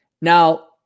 Now